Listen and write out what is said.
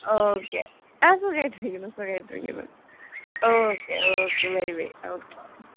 okay ആ സുഖമായിട്ടിരിക്കുന്നു സുഖമായിട്ടിരിക്കുന്നു okay okay bye bye okay